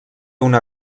una